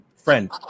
friend